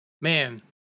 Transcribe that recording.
man